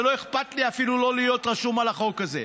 לא אכפת לי אפילו לא להיות רשום על החוק הזה.